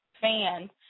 fans